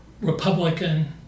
Republican